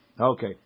Okay